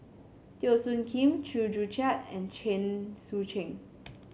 Teo Soon Kim Chew Joo Chiat and Chen Sucheng